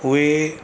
उहे